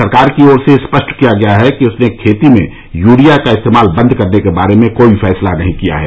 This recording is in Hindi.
सरकार की ओर से स्पष्ट किया गया है कि उसने खेती में यूरिया का इस्तेमाल बंद करने के बारे में कोई फैसला नहीं किया है